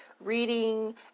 reading